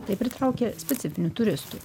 tai pritraukia specifinių turistų